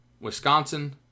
Wisconsin